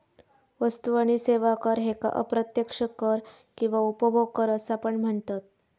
वस्तू आणि सेवा कर ह्येका अप्रत्यक्ष कर किंवा उपभोग कर असा पण म्हनतत